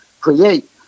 create